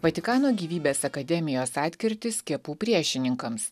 vatikano gyvybės akademijos atkirtis skiepų priešininkams